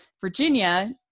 Virginia